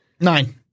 Nine